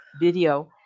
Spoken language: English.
video